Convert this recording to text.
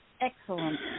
Excellent